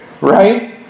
right